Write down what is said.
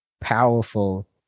powerful